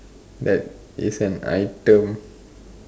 that is an item